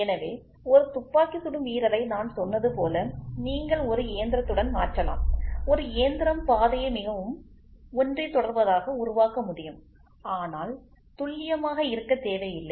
எனவே ஒரு துப்பாக்கி சுடும் வீரரை நான் சொன்னது போல நீங்கள் ஒரு இயந்திரத்துடன் மாற்றலாம் ஒரு இயந்திரம் பாதையை மிகவும் ஒன்றை தொடர்வதாக உருவாக்க முடியும் ஆனால் துல்லியமாக இருக்க தேவையில்லை